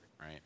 Right